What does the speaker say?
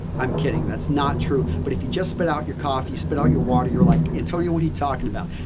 i'm kidding, that's not true, but if you just spit out your coffee spit out of your water, you're like, antonio what are you talking about?